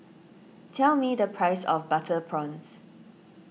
tell me the price of Butter Prawns